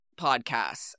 podcasts